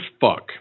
fuck